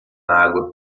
água